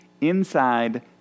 inside